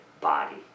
body